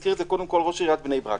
והזכיר את זה קודם ראש עיריית בני ברק,